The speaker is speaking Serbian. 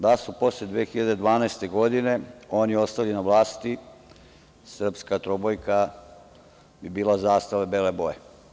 Da su posle 2012. godine oni ostali na vlasti, srpska trobojka bi bila zastava bele boje.